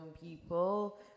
people